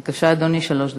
בבקשה, אדוני, שלוש דקות.